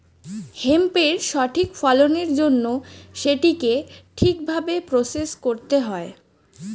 হেম্পের সঠিক ফলনের জন্য সেটিকে ঠিক ভাবে প্রসেস করতে হবে